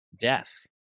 death